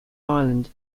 island